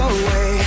away